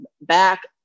back